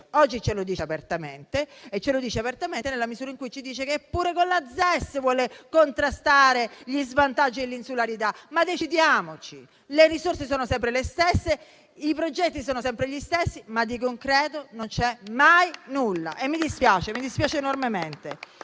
ai fondi FSC. Oggi ce lo dice apertamente nella misura in cui ci dice che anche con la ZES vuole contrastare gli svantaggi dell'insularità. Ma decidiamoci! Le risorse sono sempre le stesse e i progetti sono sempre gli stessi, ma di concreto non c'è mai nulla e mi dispiace enormemente.